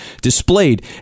displayed